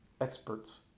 experts